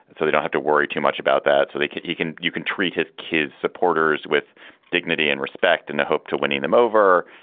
and so they don't have to worry too much about that. so they can you can you can treat his kids supporters with dignity and respect and hope to winning them over.